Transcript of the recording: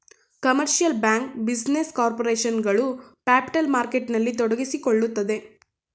commercial bank, business corporation ಗಳು capital ಮಾರ್ಕೆಟ್ನಲ್ಲಿ ತೊಡಗಿಸಿಕೊಳ್ಳುತ್ತದೆ